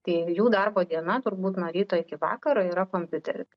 tai jų darbo diena turbūt nuo ryto iki vakaro yra kompiuteris